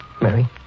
Mary